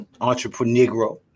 entrepreneur